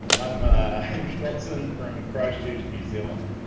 i'm a watson from christchurch, new zealand.